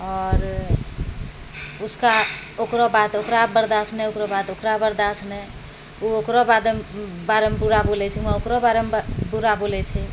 आओर उसका ओकरो बात ओकरा बरदास नहि ओ ओकरो बात ओकरा बरदास नहि ओ ओकरो बारेमे बुरा बोलै छै ओकरो बारेमे बुरा बोलै छै